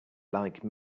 like